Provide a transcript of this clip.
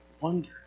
wonder